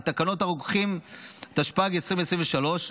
את תקנות הרוקחים התשפ"ג 2023,